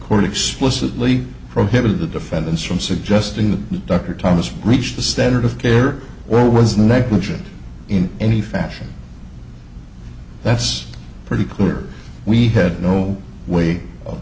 court explicitly prohibited the defendants from suggesting that dr thomas reach the standard of care or was negligent in any fashion that's pretty clear we had no way of